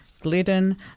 Glidden